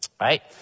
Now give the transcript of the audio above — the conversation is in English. Right